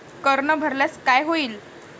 कर न भरल्यास काय होईल?